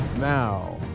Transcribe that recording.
Now